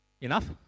Enough